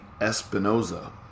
espinoza